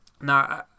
Now